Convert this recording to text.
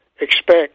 Expect